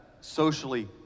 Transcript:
socially